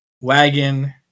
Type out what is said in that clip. wagon